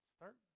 Start